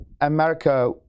America